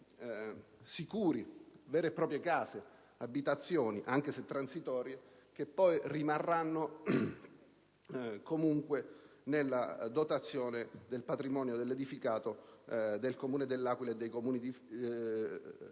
sicuri, vere e proprie case, anche se transitorie, che poi rimarranno comunque nella dotazione del patrimonio dell'edificato del Comune dell'Aquila e dei Comuni limitrofi.